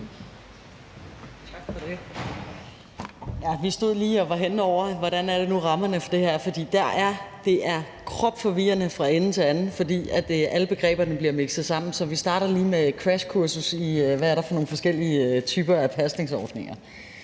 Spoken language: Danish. Tak for det.